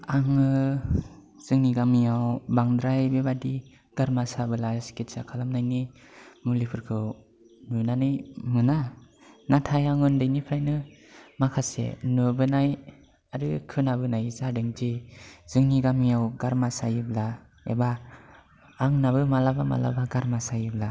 आङो जोंनि गामियाव बांद्राय बेबायदि गारमा साबोला सिखित्सा खालामनायनि मुलिफोरखौ नुनानै मोना नाथाय आं उन्दैनिफ्रायनो माखासे नुबोनाय आरो खोनाबोनाय जादोंदि जोंनि गामियाव गारमा सायोब्ला एबा आंनाबो माब्लाबा माब्लाबा गारमा सयोब्ला